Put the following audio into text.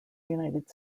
united